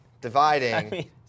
dividing